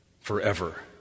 forever